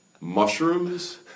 Mushrooms